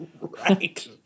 Right